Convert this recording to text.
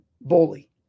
bully